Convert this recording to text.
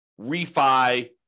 refi